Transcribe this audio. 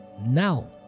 now